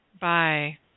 Bye